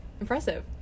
impressive